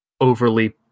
overly